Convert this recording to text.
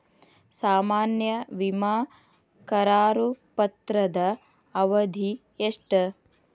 ಸಾಮಾನ್ಯ ವಿಮಾ ಕರಾರು ಪತ್ರದ ಅವಧಿ ಎಷ್ಟ?